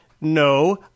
no